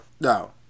No